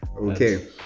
Okay